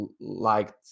liked